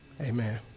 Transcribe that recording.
Amen